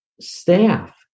staff